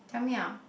tell me ah